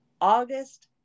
August